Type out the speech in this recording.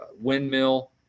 windmill